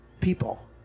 people